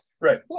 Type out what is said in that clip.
Right